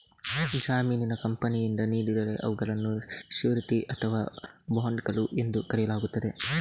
ಜಾಮೀನನ್ನು ಕಂಪನಿಯಿಂದ ನೀಡಿದರೆ ಅವುಗಳನ್ನು ಶ್ಯೂರಿಟಿ ಅಥವಾ ಬಾಂಡುಗಳು ಎಂದು ಕರೆಯಲಾಗುತ್ತದೆ